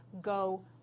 go